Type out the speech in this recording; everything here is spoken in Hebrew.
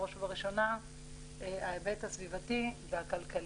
בראש ובראשונה ההיבט הסביבתי והכלכלי.